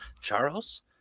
charles